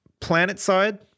Planetside